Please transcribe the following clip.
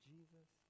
Jesus